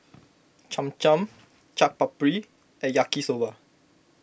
Cham Cham Chaat Papri and Yaki Soba